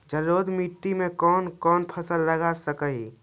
जलोढ़ मिट्टी में कौन कौन फसल लगा सक हिय?